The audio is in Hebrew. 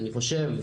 אני חושב,